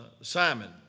Simon